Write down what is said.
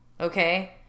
Okay